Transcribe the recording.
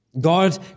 God